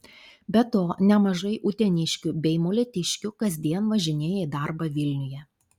be to nemažai uteniškių bei molėtiškių kasdien važinėja į darbą vilniuje